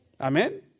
Amen